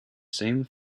same